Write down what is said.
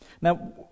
Now